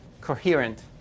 coherent